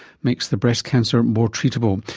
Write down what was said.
makes the breast cancer more treatable.